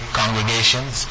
congregations